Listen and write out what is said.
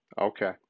Okay